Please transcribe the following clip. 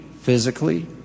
physically